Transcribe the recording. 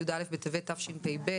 י"א בטבת התשפ"ב,